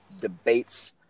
debates